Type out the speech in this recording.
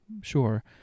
Sure